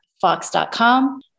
Fox.com